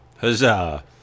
Huzzah